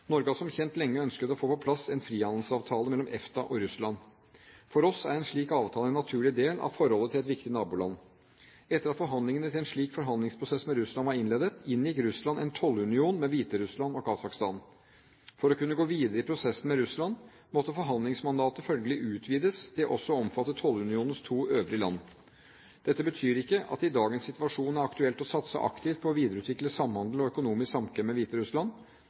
Norge har som kjent lenge ønsket å få på plass en frihandelsavtale mellom EFTA og Russland. For oss er en slik avtale en naturlig del av forholdet til et viktig naboland. Etter at forberedelsene til en slik forhandlingsprosess med Russland var innledet, inngikk Russland en tollunion med Hviterussland og Kasakhstan. For å kunne gå videre i prosessen med Russland måtte forhandlingsmandatet følgelig utvides til også å omfatte tollunionens to øvrige land. Dette betyr ikke at det i dagens situasjon er aktuelt å satse aktivt på å videreutvikle samhandel og økonomisk samkvem med